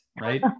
right